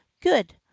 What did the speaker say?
Good